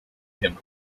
him